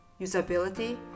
Usability